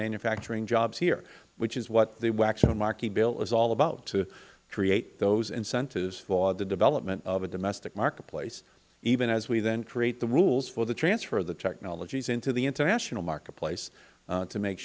manufacturing jobs here which is what the waxman markey bill is all about to create those incentives for the development of a domestic marketplace even as we then create the rules for the transfer of the technologies into the international marketplace to make